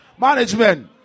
Management